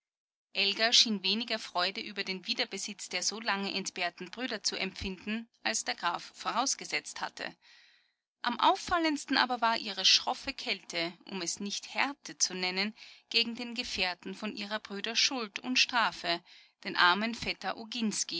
elga schien weniger freude über den wiederbesitz der so lange entbehrten brüder zu empfinden als der graf vorausgesetzt hatte am auffallendsten aber war ihre schroffe kälte um es nicht härte zu nennen gegen den gefährten von ihrer brüder schuld und strafe den armen vetter